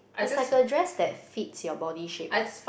it's like a dress that fits your body shape what